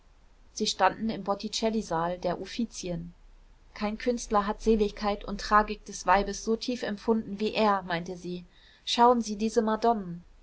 sie standen im botticellisaal der uffizien kein künstler hat seligkeit und tragik des weibes so tief empfunden wie er meinte sie schauen sie diese madonnen